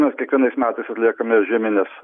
mes kiekvienais metais atliekame žiemines